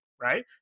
right